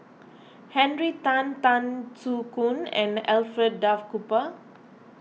Henry Tan Tan Soo Khoon and Alfred Duff Cooper